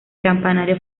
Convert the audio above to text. campanario